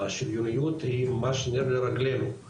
השריוניות היא ממש נר לרגלינו,